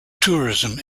tourism